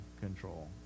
control